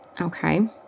okay